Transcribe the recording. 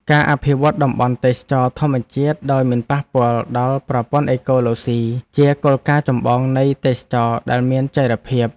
ការអភិវឌ្ឍតំបន់ទេសចរណ៍ធម្មជាតិដោយមិនប៉ះពាល់ដល់ប្រព័ន្ធអេកូឡូស៊ីជាគោលការណ៍ចម្បងនៃទេសចរណ៍ដែលមានចីរភាព។